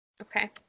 Okay